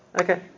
Okay